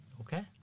Okay